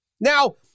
Now